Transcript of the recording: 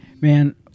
Man